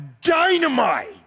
dynamite